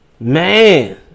Man